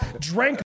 Drank